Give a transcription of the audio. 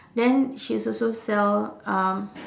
then she's also sell um